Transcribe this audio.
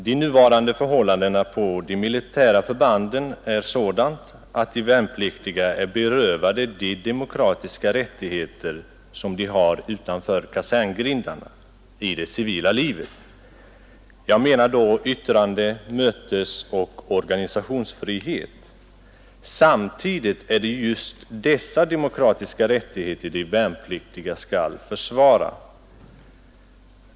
De nuvarande förhållandena på de militära förbanden är sådana att de värnpliktiga är berövade de demokratiska rättigheter som de har utanför kaserngrindarna, i det civila livet. Jag menar då yttrande-, mötesoch organisationsfrihet. Samtidigt är det just dessa demokratiska rättigheter som de värnpliktiga skall försvara.